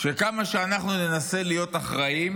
שכמה שננסה להיות אחראים,